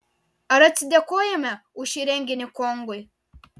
ar atsidėkojame už šį renginį kongui